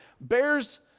bears